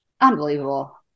Unbelievable